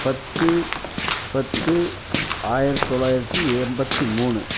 பத்து பத்து ஆயிரத்தி தொள்ளாயிரத்தி எண்பத்தி மூணு